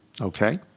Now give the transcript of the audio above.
okay